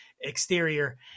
exterior